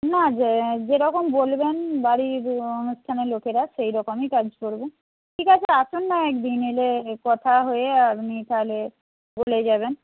না যে যেরকম বলবেন বাড়ির অনুষ্ঠানে লোকেরা সেই রকমই কাজ করবো ঠিক আছে আসুন না একদিন এলে কথা হয়ে আপনি তাহলে বলে যাবেন